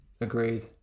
Agreed